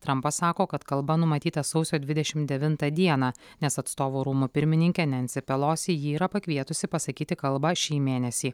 trampas sako kad kalba numatyta sausio dvidešim devintą dieną nes atstovų rūmų pirmininkė nensė pelosi jį yra pakvietusi pasakyti kalbą šį mėnesį